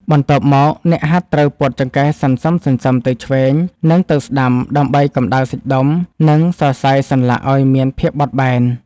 បន្ទាប់មក អ្នកហាត់ត្រូវពត់ចង្កេះសន្សឹមៗទៅឆ្វេង និងទៅស្ដាំ ដើម្បីកម្ដៅសាច់ដុំ និងសរសៃសន្លាក់ឱ្យមានភាពបត់បែន។